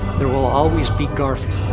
there will always be garfield.